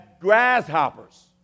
grasshoppers